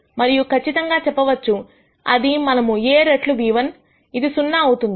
మరియు ఖచ్చితంగా చెప్పవచ్చు అది మనము A రెట్లు v1 ఇది సున్నా అవుతుంది